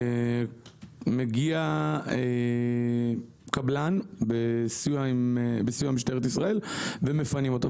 מגיע קבלן בסיוע משטרת ישראל ומפנים אותה.